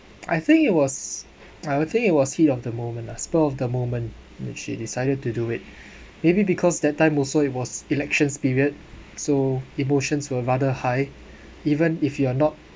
I think it was I would think it was heat of the moment the spur of the moment when she decided to do it maybe because that time also it was elections period so emotions were rather high even if you're not